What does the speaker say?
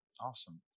Awesome